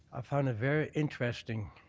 i found it very interesting,